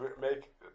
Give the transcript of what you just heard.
make